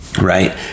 right